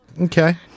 Okay